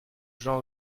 gens